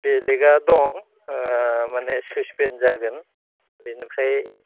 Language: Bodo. बेलेगा दं माने ससपेन जागोन बिनिफ्राय